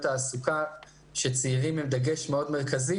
תעסוקה של צעירים עם דגש מרכזי מאוד,